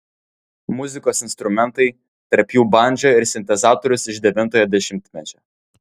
muzikos instrumentai tarp jų bandža ir sintezatorius iš devintojo dešimtmečio